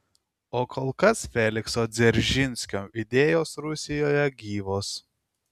o kol kas felikso dzeržinskio idėjos rusijoje gyvos